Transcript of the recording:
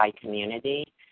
community